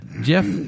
Jeff